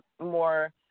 more